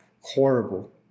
horrible